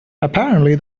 apparently